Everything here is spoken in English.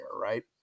right